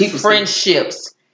friendships